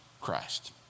Christ